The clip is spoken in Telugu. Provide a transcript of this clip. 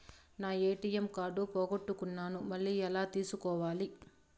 నా ఎ.టి.ఎం కార్డు పోగొట్టుకున్నాను, మళ్ళీ ఎలా తీసుకోవాలి?